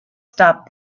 stop